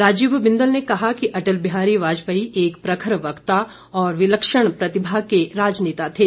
राजीव बिंदल ने कहा कि अटल बिहारी वाजपेयी एक प्रखर वक्ता और विलक्षण प्रतिभा को राजनेता थे